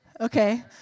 Okay